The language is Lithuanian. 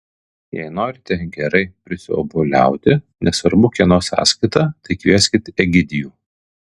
jei norite gerai prisiobuoliauti nesvarbu kieno sąskaita tai kvieskit egidijų